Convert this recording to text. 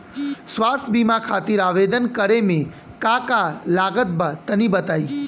स्वास्थ्य बीमा खातिर आवेदन करे मे का का लागत बा तनि बताई?